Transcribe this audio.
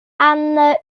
and